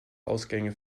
ausgänge